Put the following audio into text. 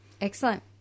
Excellent